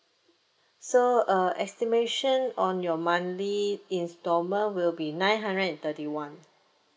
so uh estimation on your monthly instalment will be nine hundred and thirty one